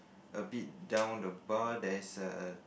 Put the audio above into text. a bit down the bar there's a